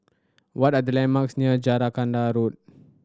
what are the landmarks near Jacaranda Road